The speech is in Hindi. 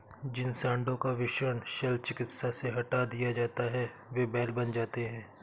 जिन साँडों का वृषण शल्य चिकित्सा से हटा दिया जाता है वे बैल बन जाते हैं